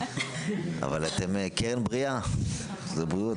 אבל אתם קרן בריאה, זה בריאות.